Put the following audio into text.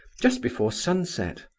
just before sunset.